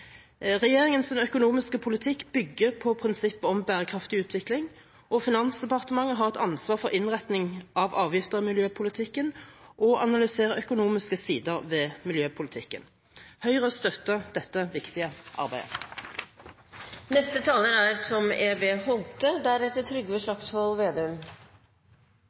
økonomiske politikk bygger på prinsippet om bærekraftig utvikling. Finansdepartementet har et ansvar for innretningen av avgifter i miljøpolitikken og analyserer økonomiske sider ved miljøpolitikken. Høyre støtter dette viktige arbeidet. Saken om tilfeldige utgifter og inntekter er kanskje ikke den saken som